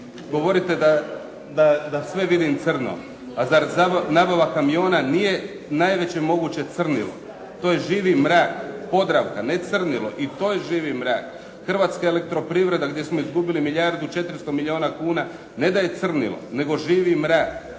Govorite da sve vidim crno, a zar nabava kamiona nije najveće moguće crnilo, to je živi mrak. Podravka ne crnilo i to je živi mrak. Hrvatske elektroprivreda gdje smo izgubili milijardu i 400 milijuna kuna ne da je crnilo nego živi mrak.